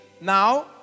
now